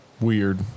Weird